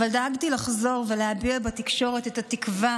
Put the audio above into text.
אבל דאגתי לחזור ולהביע בתקשורת את התקווה